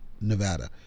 Nevada